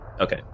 Okay